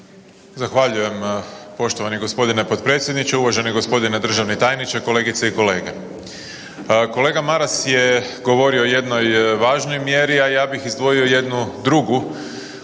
Zahvaljujem poštovani gospodine potpredsjedniče. Uvaženi gospodine državni tajniče, kolegice i kolege. Kolega Maras je govorio o jednoj važnoj mjeri, a ja bih izdvojio jednu drugu